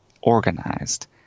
organized